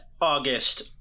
August